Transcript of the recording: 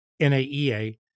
NAEA